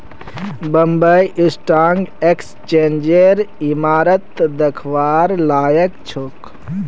Bombay stock एक्सचेंजेर इमारत दखवार लायक छोक